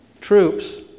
troops